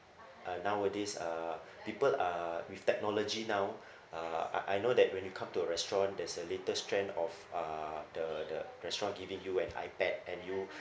uh nowadays uh people are with technology now uh I I know that when you come to a restaurant there's a latest trend of uh the the restaurant giving you an I_pad and you